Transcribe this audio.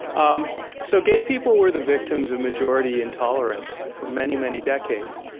um so gay people were the victims of majority intolerance for many, many decades.